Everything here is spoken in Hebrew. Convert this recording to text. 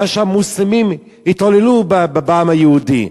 שהמוסלמים התעללו בעם היהודי.